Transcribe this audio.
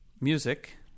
music